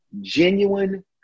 genuine